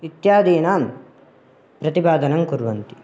इत्यादीनां प्रतिपादनं कुर्वन्ति